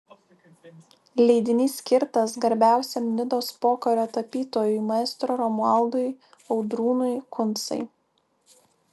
leidinys skirtas garbiausiam nidos pokario tapytojui maestro romualdui audrūnui kuncai